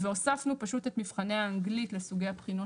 והוספנו פשוט את מבחני האנגלית לסוגי הבחינות